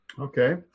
Okay